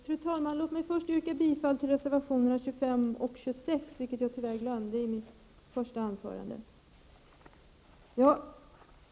Fru talman! Låt mig först yrka bifall till reservationerna 25 och 26, vilket jag tyvärr glömde i mitt första anförande.